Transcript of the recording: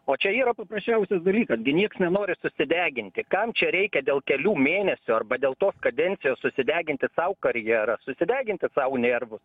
o čia yra paprasčiausias dalykas gi nieks nenori susideginti kam čia reikia dėl kelių mėnesių arba dėl tos kadencijos susideginti tau karjerą susideginti sau nervus